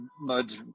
mud